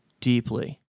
deeply